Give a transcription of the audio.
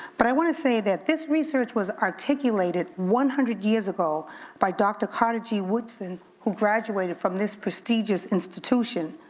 but i wanna say that this research was articulated one hundred years ago by dr. carter g. woodson who graduated from this prestigious institution.